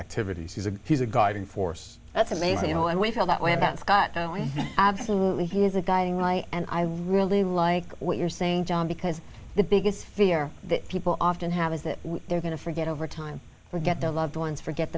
activities he's a he's a guiding force that's amazing you know and we feel that way about scott knowing absolutely he is a guiding light and i really like what you're saying john because the biggest fear that people often have is that they're going to forget over time forget their loved ones forget